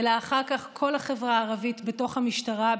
אלא אחר כך של כל החברה הערבית בתוך המשטרה,